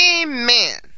Amen